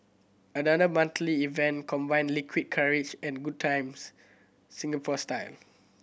another monthly event combining liquid courage and good times Singapore style